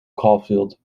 caulfield